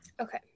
Okay